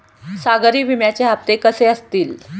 सागरी विम्याचे हप्ते कसे असतील?